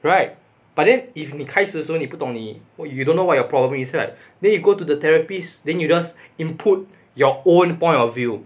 right but then if 你开始的时候你不懂你 oh you don't know what your problem is what then you go to the therapist then you just input your own point of view